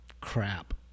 crap